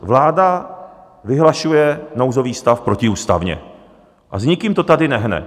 Vláda vyhlašuje nouzový stav protiústavně a s nikým to tady nehne.